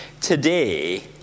Today